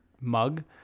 mug